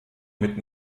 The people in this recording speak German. mit